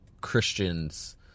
Christians